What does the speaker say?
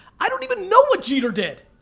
i don't even know what jeter did.